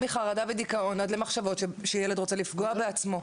מחרדה ודיכאון עד למחשבות שילד רוצה לפגוע בעצמו.